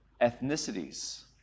ethnicities